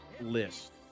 list